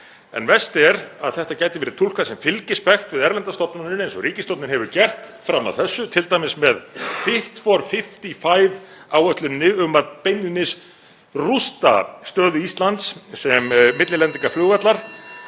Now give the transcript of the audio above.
Verst er að þetta gæti verið túlkað sem fylgispekt við erlendar stofnanir eins og ríkisstjórnin hefur gert fram að þessu, t.d. með Fit for 55 áætluninni um að beinlínis rústa stöðu Íslands sem millilendingaflugvallar